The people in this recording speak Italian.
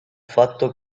fatto